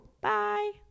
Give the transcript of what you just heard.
bye